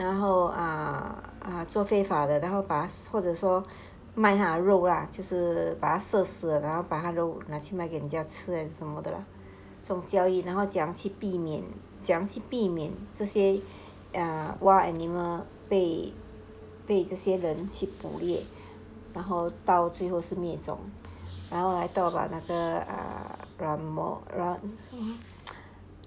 然后 err 做非法的然后把或者说卖他的肉 ah 就是把他射死然后把那个肉拿去卖给人家吃还是什么的 lah 总交易然后怎样去避免怎样去避免这些 wild animal 被这些人去捕猎然后到最后是灭中然后还 talk about 那个 err